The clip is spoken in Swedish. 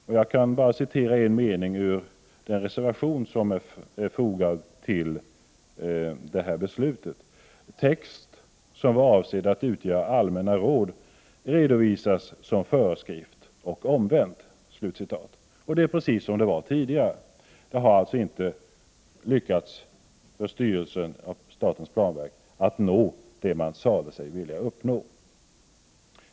Låt mig bara återge en mening ur den reservation som är fogad till det här beslutet: Text som är avsedd att utgöra allmänna råd redovisas som föreskrifter och omvänt. — Det är precis som det var tidigare. Styrelsen för statens planverk har alltså inte lyckats med det man sade sig vilja uppnå.